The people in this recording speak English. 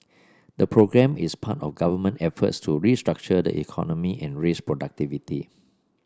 the programme is part of government efforts to restructure the economy and raise productivity